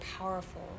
powerful